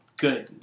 Good